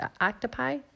octopi